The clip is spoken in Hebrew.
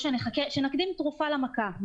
שנקדים תרופה למכה,